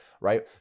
right